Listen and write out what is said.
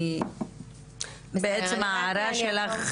בעצם ההערה שלך,